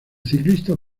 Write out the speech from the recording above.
ciclista